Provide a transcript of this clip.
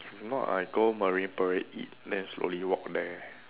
if not I go Marine Parade eat then I slowly walk there